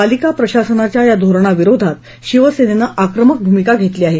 पालिका प्रशासनाच्या या धोरणाविरोधात शिवसेनेनं आक्रमक भूमिका घेतली आहे